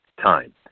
time